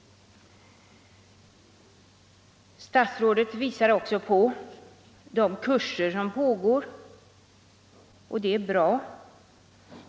Statsrådet visar också på de kurser som pågår, och det är bra.